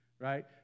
right